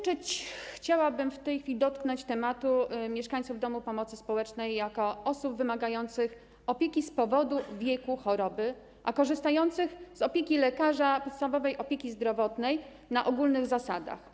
Chciałabym poruszyć temat mieszkańców domów pomocy społecznej jako osób wymagających opieki z powodu wieku, choroby, a korzystających z opieki lekarza podstawowej opieki zdrowotnej na ogólnych zasadach.